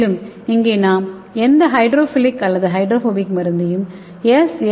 மேலும் இங்கே நாம் எந்த ஹைட்ரோஃபிலிக் அல்லது ஹைட்ரோபோபிக் மருந்தையும் எஸ்